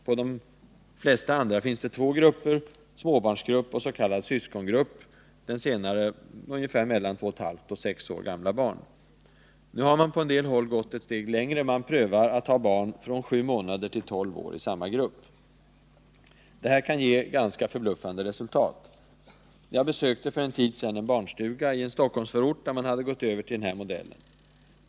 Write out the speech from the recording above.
På de flesta andra finns två grupper, småbarnsgrupp och s.k. syskongrupp, den senare med ungefär 2 1/26 år gamla barn. Nu har man på en del håll gått ett steg längre — man prövar att ha barn från 7 månader till 12 år i samma grupp. Det här kan ge ganska förbluffande resultat. Jag besökte för en tid sedan en barnstuga i en Stockholmsförort, där man hade gått över till den här modellen.